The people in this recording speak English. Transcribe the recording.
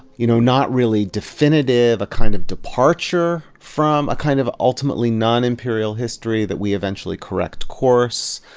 you know, not really definitive, a kind of departure from a kind of ultimately non-imperial history, that we eventually correct course.